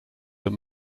that